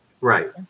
Right